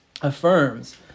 affirms